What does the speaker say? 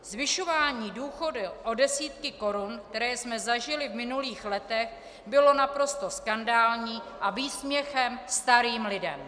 Zvyšování důchodů o desítky korun, které jsme zažili v minulých letech, bylo naprosto skandální a výsměchem starým lidem.